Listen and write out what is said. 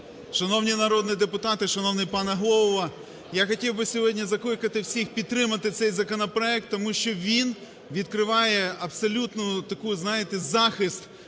Шановні народні депутати! Шановний пане Голово! Я хотів би сьогодні закликати всіх підтримати цей законопроект, тому що він відкриває абсолютно такий,